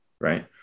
right